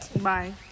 Bye